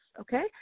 okay